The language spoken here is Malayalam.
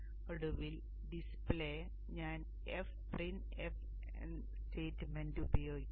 ഒടുവിൽ ഡിസ്പ്ലേ ഞാൻ fprintf സ്റ്റേറ്റ്മെന്റ് ഉപയോഗിക്കുന്നു